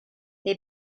they